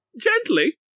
Gently